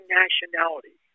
nationality